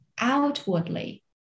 outwardly